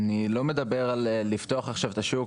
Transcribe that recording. אני לא מדבר על לפתוח את השוק,